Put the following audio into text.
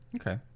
Okay